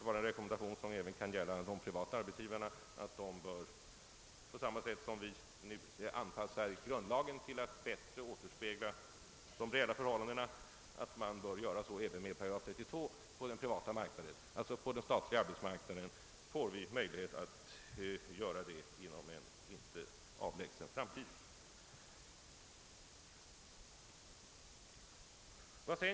En sådan ny paragraf kan också tjäna som en rekommendation till de privata arbetsgivarna, att de bör — på samma sätt som vi nu anpassar grundlagen till att bättre återspegla de reella förhållandena — göra det även med § 32 på den privata marknaden. På den statliga arbetsmarknaden får vi alltså möjlighet att göra det inom en inte alltför avlägsen framtid.